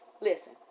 Listen